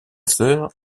sœur